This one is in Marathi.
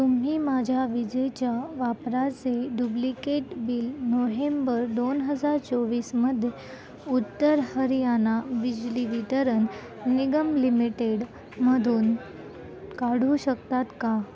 तुम्ही माझ्या विजेच्या वापराचे डुब्लिकेट बिल नोहेंबर दोन हजार चोवीसमध्ये उत्तर हरियाणा बिजली वितरण निगम लिमिटेडमधून काढू शकतात का